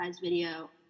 video